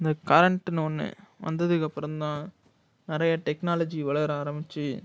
இந்த கரண்ட்டுன்னு ஒன்று வந்ததுக்கப்பறம் தான் நிறைய டெக்னாலஜி வளர ஆரமிச்சு